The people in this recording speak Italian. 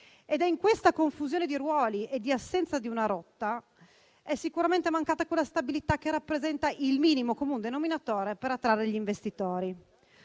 In questa confusione di ruoli e in questa assenza di una rotta è sicuramente mancata quella stabilità che rappresenta il minimo comun denominatore per attrarre gli investitori.